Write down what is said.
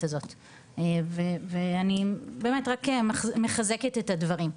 הזאת ואני באמת רק מחזקת את הדברים.